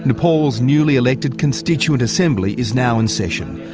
nepal's newly elected constituent assembly is now in session.